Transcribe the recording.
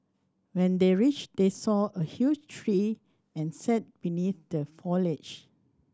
when they reached they saw a huge tree and sat beneath the foliage